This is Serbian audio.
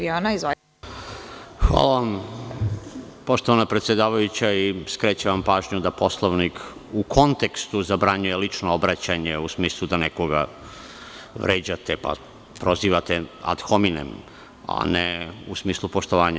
Hvala vam poštovan predsedavajuća i skrećem vam pažnju da Poslovnik u kontekstu zabranjuje lično obraćanje u smislu da nekoga vređate, prozivate, ad hominem, a ne u smislu poštovanja.